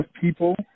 people